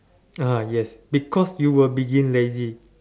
ah yes because you were being lazy